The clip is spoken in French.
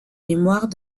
mémoire